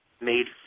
made